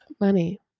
money